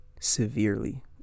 severely